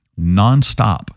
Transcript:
nonstop